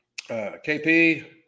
KP